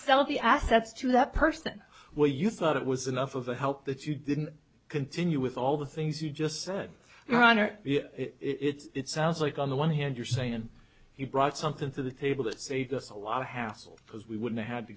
sell the assets to that person where you thought it was enough of a help that you didn't continue with all the things you just said your honor it's sounds like on the one hand you're saying and he brought something to the table that saved us a lot of hassle because we wouldn't have had to